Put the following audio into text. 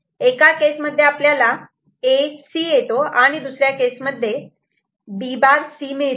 एका केसमध्ये आपल्याला A C येतो आणि दुसऱ्या केसमध्ये हे केस मध्ये B' C मिळतो